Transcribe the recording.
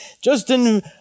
Justin